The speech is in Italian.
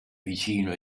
vicino